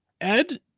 Ed